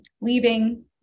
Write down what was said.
leaving